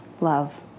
love